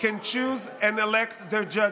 can choose and elect their judges.